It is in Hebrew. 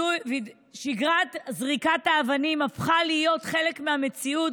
שגרת זריקת האבנים הפכה להיות גם חלק מהמציאות